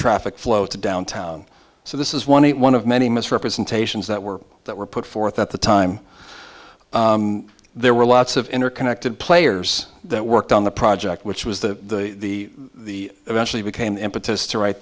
traffic flow to downtown so this is one one of many misrepresentations that were that were put forth at the time there were lots of interconnected players that worked on the project which was the the the eventually became impetus to write